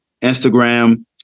Instagram